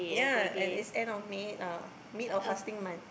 yeah and it's end of May uh mid of fasting month